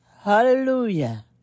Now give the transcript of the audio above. hallelujah